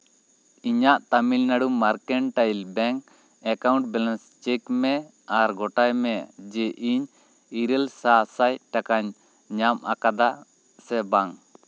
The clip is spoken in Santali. ᱤᱧᱟᱹᱜ Tamil Nadu mercantile bank account balance check ᱢᱮ ᱟᱨ ᱜᱚᱴᱟᱭ ᱢᱮ ᱡᱮ ᱤᱧ ᱤᱨᱟᱹᱞ ᱥᱟᱥᱟᱭ ᱴᱟᱠᱟᱧ ᱧᱟᱢ ᱟᱠᱟᱫᱟ ᱥᱮ ᱵᱟᱝ